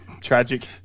Tragic